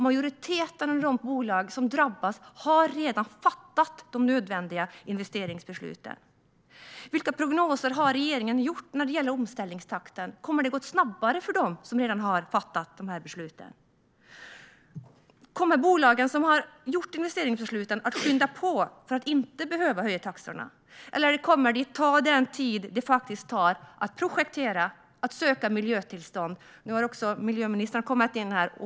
Majoriteten av de bolag som kommer att drabbas har redan fattat de nödvändiga investeringsbesluten. Vilka prognoser har regeringen gjort för omställningstakten? Kommer det att gå snabbare för dem som redan har fattat de här besluten, som har tagit investeringsbesluten för att skynda på för att inte behöva höja taxorna? Eller kommer det att ta den tid som det faktiskt tar att projektera och söka miljötillstånd? Nu har också miljöministern kommit in i kammaren.